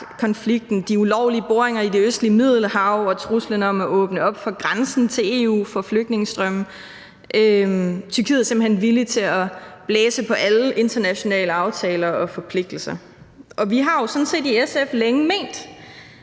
de ulovlige boringer i det østlige Middelhav og truslen om at åbne op for grænsen til EU for flygtningestrømme. Tyrkiet er simpelt hen villig til at blæse på alle internationale aftaler og forpligtelser. Vi har jo sådan set i SF længe ment,